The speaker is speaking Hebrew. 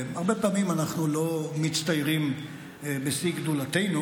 הרבה פעמים אנחנו לא מצטיירים בשיא גדולתנו,